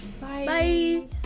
Bye